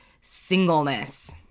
singleness